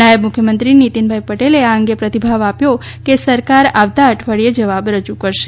નાયબ મુખ્યમંત્રી નીતિન પટેલે આ અંગે પ્રતિભાવ આપ્યો કે સરકાર આવતા અઠવાડિયે જવાબ રજૂ કરશે